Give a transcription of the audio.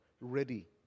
ready